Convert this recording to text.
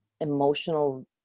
emotional